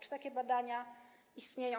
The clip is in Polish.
Czy takie badania istnieją?